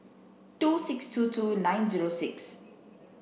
two six two two nine zero six